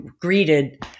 greeted